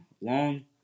long